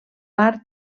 part